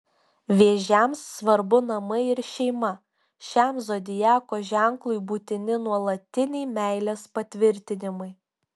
vėžiams svarbu namai ir šeima šiam zodiako ženklui būtini nuolatiniai meilės patvirtinimai